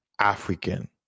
African